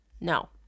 No